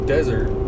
Desert